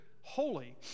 holy